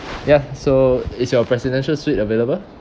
ya so is your presidential suite available